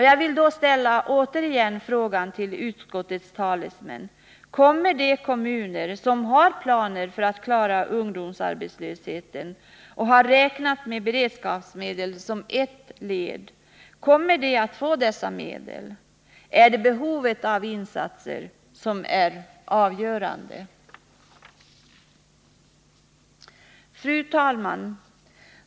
Jag vill åter fråga utskottets talesmän: Kommer de kommuner som har planer för att klara ungdomsarbetslösheten och har räknat med beredskapsmedel såsom ett led att få dessa medel? Är behovet av insatser avgörande? Fru talman!